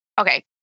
okay